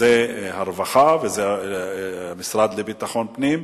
וזה הרווחה, וזה המשרד לביטחון פנים,